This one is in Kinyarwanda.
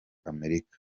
america